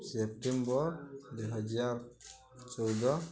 September ଦୁଇହଜାର ଚଉଦ